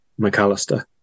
McAllister